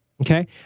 Okay